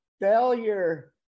Failure